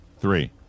three